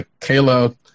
Kayla